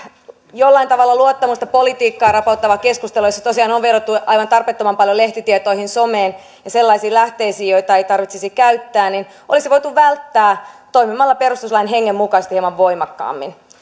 jollain tavalla luottamusta politiikkaan rapauttava keskustelu jossa tosiaan on on vedottu aivan tarpeettoman paljon lehtitietoihin someen ja sellaisiin lähteisiin joita ei tarvitsisi käyttää olisi voitu välttää toimimalla perustuslain hengen mukaisesti hieman voimakkaammin